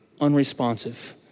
Unresponsive